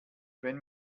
wenn